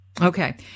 Okay